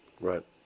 Right